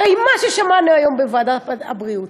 הרי מה ששמענו היום בוועדת הבריאות,